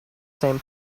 same